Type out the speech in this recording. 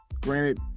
granted